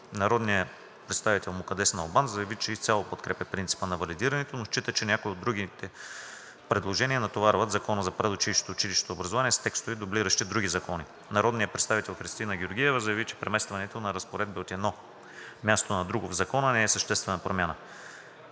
Народният представител Мукаддес Налбант заяви, че изцяло подкрепя принципа на валидирането, но счита, че някои от другите предложения натоварват Закона за предучилищното и училищното образование с текстове, дублиращи други закони. Народният представител Христина Георгиева счита, че преместването на разпоредби от едно място на друго в закона не е същностна промяна.